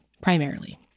primarily